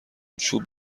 چوب